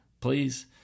Please